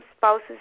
spouses